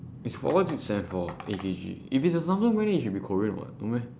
is for what what's it stands for A_K_G if it's a samsung brand then it should be korean what no meh